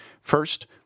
First